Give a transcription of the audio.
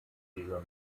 diese